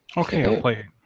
okay, i'll play